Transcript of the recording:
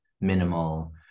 minimal